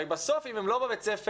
הרי בסוף אם הם לא בבית הספר,